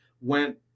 went